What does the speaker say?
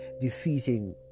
defeating